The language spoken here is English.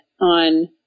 on